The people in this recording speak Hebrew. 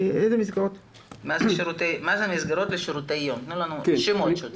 מה זה מסגרות לשירותי יום, תנו לנו שמות.